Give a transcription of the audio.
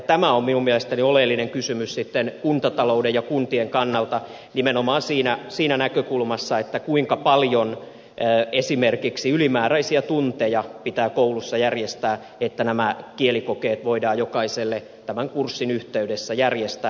tämä on minun mielestäni oleellinen kysymys sitten kuntatalouden ja kuntien kannalta nimenomaan siitä näkökulmasta kuinka paljon esimerkiksi ylimääräisiä tunteja pitää koulussa järjestää että nämä kielikokeet voidaan jokaiselle tämän kurssin yhteydessä järjestää